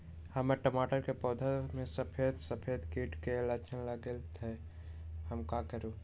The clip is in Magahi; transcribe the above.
हमर टमाटर के पौधा में सफेद सफेद कीट के लक्षण लगई थई हम का करू?